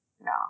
No